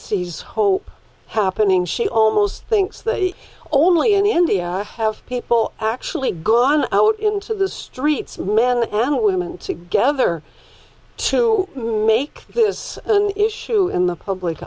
sees hope happening she almost thinks they only in india have people actually gone out into the streets men we went together to make this issue in the public